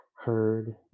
Heard